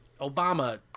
Obama